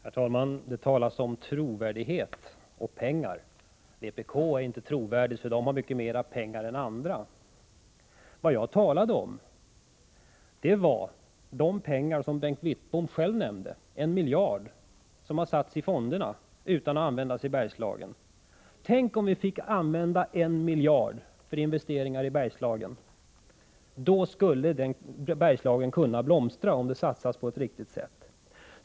Herr talman! Det talas om trovärdighet och pengar. Vpk är inte trovärdigt därför att det har mycket mera pengar än andra. Vad jag talade om var de pengar som Bengt Wittbom själv nämnde, en miljard som har satts in i fonderna utan att användas i Bergslagen. Tänk, om vi fick använda en miljard för investeringar i Bergslagen, då skulle Bergslagen kunna blomstra om de pengarna satsades på ett riktigt sätt!